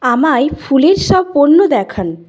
আমায় ফুলের সব পণ্য দেখান